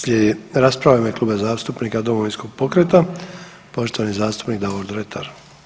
Slijedi rasprava u ime Kluba zastupnika Domovinskog pokreta poštovani zastupnik Davor Dretar.